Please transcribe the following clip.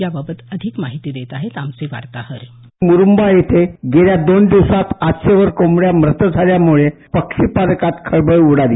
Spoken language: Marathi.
याबाबत अधिक माहिती देत आहेत आमचे वार्ताहर मुरुंबा येथे गेल्या दोन दिवसांत आठशे कोंबड्या मृत झाल्यामुळे पक्षी पालकांत खळबळ उडाली